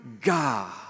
God